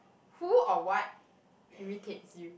who or what irritates you